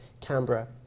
Canberra